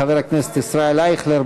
חבר הכנסת ישראל אייכלר,